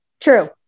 True